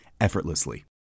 effortlessly